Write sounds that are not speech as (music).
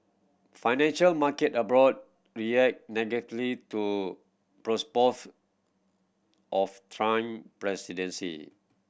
financial market abroad reacted negatively to (unintelligible) of Trump presidency